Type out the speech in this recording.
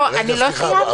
לא, אני לא סיימתי.